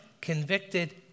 convicted